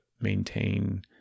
maintain